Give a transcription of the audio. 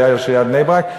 שהיה ראש עיריית בני-ברק,